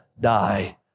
die